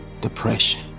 depression